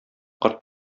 корт